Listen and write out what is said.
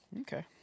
okay